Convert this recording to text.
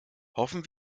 hoffen